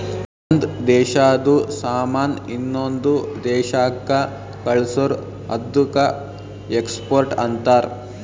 ಒಂದ್ ದೇಶಾದು ಸಾಮಾನ್ ಇನ್ನೊಂದು ದೇಶಾಕ್ಕ ಕಳ್ಸುರ್ ಅದ್ದುಕ ಎಕ್ಸ್ಪೋರ್ಟ್ ಅಂತಾರ್